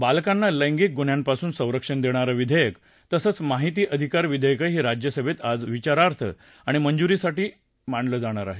बालकाना लैगिक गुन्हापासून संरक्षण देणार विधेयक तसंच माहिती अधिकार विधेयकही राज्यसभेत आज विचारार्थ आणि मंजुरीसाठी मांडलं जाणार आहे